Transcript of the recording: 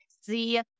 see